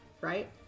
right